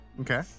Okay